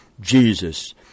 Jesus